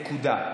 נקודה.